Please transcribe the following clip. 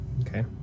Okay